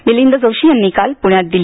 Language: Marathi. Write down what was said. मिलिंद जोशी यांनी काल प्ण्यात दिली